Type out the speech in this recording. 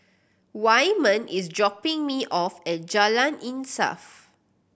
Wyman is dropping me off at Jalan Insaf